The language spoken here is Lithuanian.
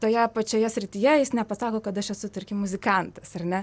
toje pačioje srityje jis nepasako kad aš esu tarkim muzikantas ar ne